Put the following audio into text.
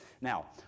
Now